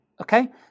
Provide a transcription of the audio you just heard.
okay